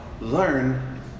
learn